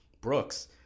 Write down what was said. Brooks